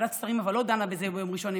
אבל הם לא דנו בזה ביום ראשון,